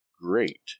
great